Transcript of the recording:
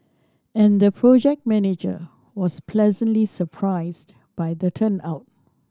and the project manager was pleasantly surprised by the turnout